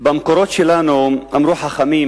במקורות שלנו אמרו חכמים